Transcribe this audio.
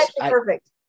perfect